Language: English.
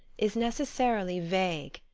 is necessarily vague,